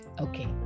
okay